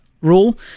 rule